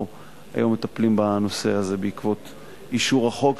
אנחנו היום מטפלים בנושא הזה בעקבות אישור החוק,